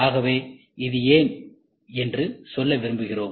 ஆகவே இது ஏன் என்று சொல்ல விரும்புகிறோம்